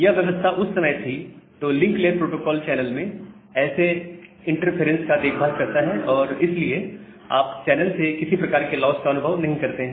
यह व्यवस्था उस समय थी तो लिंक लेयर प्रोटोकोल चैनल में ऐसे इन्टर् फ़ेरॅन्स् का देखभाल करता है और इसलिए आप चैनल से किसी प्रकार के लॉस का अनुभव नहीं करते हैं